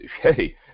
hey